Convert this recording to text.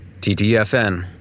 TTFN